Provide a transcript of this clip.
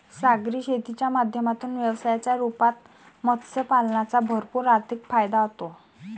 सागरी शेतीच्या माध्यमातून व्यवसायाच्या रूपात मत्स्य पालनाचा भरपूर आर्थिक फायदा होतो